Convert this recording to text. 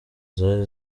zari